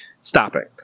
stopping